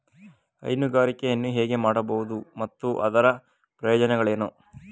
ಹೈನುಗಾರಿಕೆಯನ್ನು ಹೇಗೆ ಮಾಡಬಹುದು ಮತ್ತು ಅದರ ಪ್ರಯೋಜನಗಳೇನು?